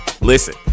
listen